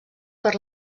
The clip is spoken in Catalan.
per